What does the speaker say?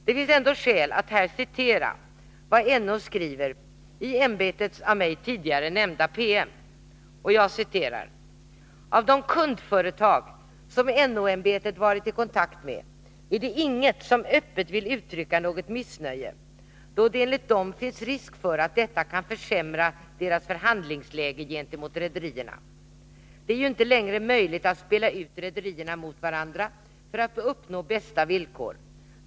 Det finns ändå skäl att här citera vad NO skriver i ämbetets av mig tidigare nämnda PM: ”Av de kundföretag som NO-ämbetet varit i kontakt med är det inget som öppet vill uttrycka något missnöje då det enligt dem finns risk för att detta kan försämra deras förhandlingsläge gentemot rederierna. Det är ju inte längre möjligt att spela ut rederierna mot varandra för att uppnå bästa villkor.